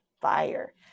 fire